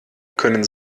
können